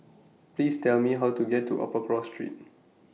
Please Tell Me How to get to Upper Cross Street